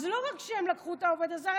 אז לא רק שהם לקחו את העובד הזר,